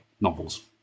novels